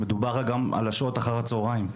מדובר גם על השעות אחר הצוהריים,